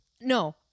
No